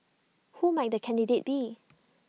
who might the candidate be